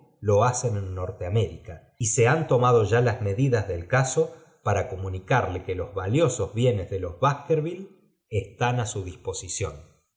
lo hacen en norte américa y se han tomado ya las mediaas del caso para comunicarle que los valiosos bienes de los baskerville están á su disposición